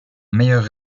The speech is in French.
meilleur